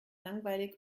langweilig